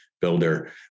builder